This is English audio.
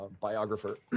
biographer